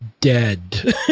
dead